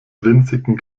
winzigen